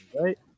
right